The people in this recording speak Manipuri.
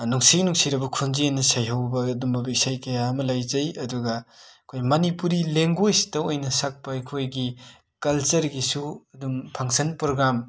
ꯅꯨꯡꯁꯤ ꯅꯨꯡꯁꯤꯔꯕ ꯈꯣꯟꯖꯦꯟꯅ ꯁꯩꯍꯧꯕ ꯑꯗꯨꯝꯕ ꯏꯁꯩ ꯀꯌꯥ ꯑꯃ ꯂꯩꯖꯩ ꯑꯗꯨꯒꯥ ꯑꯩꯈꯣꯏ ꯃꯅꯤꯄꯨꯔꯤ ꯂꯦꯡꯒ꯭ꯋꯦꯁꯇ ꯑꯣꯏꯅ ꯁꯛꯄ ꯑꯩꯈꯣꯏꯒꯤ ꯀꯜꯆꯔꯒꯤꯁꯨ ꯑꯗꯨꯝ ꯐꯪꯁꯟ ꯄꯣꯔꯒꯥꯝ